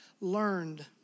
learned